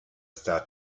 star